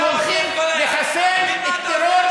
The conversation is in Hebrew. שאתם הולכים לחסל את טרור הדמוקרטיה כביכול,